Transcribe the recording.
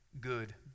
good